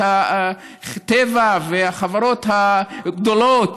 טבע והחברות הגדולות,